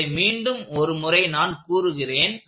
இதை மீண்டும் ஒரு முறை நான் கூறுகிறேன்